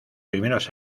primeros